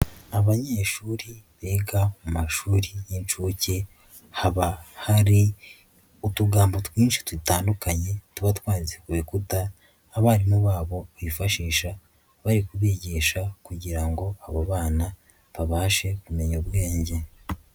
Abanyeshuri biga mu mashuri y'inshuke, haba hari utugambo twinshi dutandukanye tuba twanditse ku bikuta abarimu babo bifashisha bari kubigisha kugira ngo abo bana babashe kumenya ubwenge.